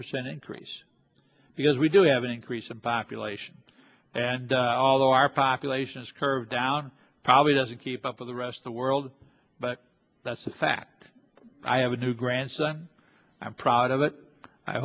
percent trees because we do have an increase in population and although our population is curve down probably doesn't keep up with the rest the world but that's a fact i have a new grandson i'm proud of it i